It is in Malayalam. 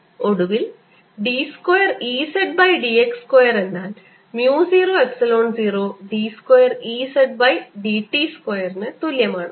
ഒടുവിൽ d square E z by d x square എന്നാൽ mu 0 epsilon 0 d square E z by d t സ്ക്വയറിന് തുല്യമാണ്